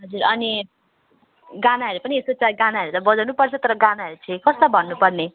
हजुर अनि गानाहरू पनि यसो चाहिँ गानाहरू त बजाउनु पर्छ तर गानाहरू चाहिँ कसलाई भन्नु पर्ने